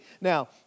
Now